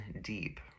deep